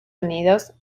unidos